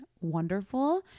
wonderful